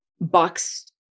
box